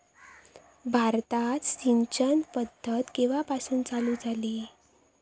भारतात सिंचन पद्धत केवापासून चालू झाली?